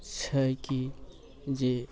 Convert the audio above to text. छै कि जे